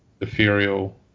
Ethereal